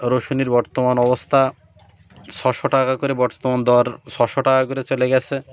রসুনের বর্তমান অবস্থা ছশো টাকা করে বর্তমান দর ছশো টাকা করে চলে গেছে